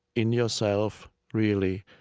in yourself, really,